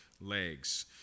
legs